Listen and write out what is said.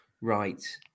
right